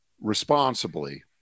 responsibly